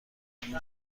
این